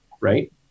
right